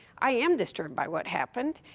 i am disturbed by what happened.